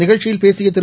நிகழ்ச்சியில் பேசிய திரு